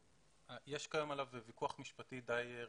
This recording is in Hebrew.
קיים עליו ויכוח משפטי די רציני.